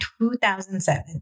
2007